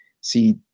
see